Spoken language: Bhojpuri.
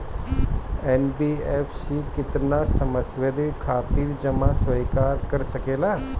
एन.बी.एफ.सी केतना समयावधि खातिर जमा स्वीकार कर सकला?